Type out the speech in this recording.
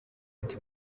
ati